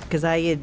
because i had